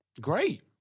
Great